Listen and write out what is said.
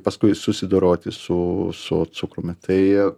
paskui susidoroti su su cukrumi tai